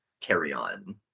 carry-on